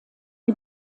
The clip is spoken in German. die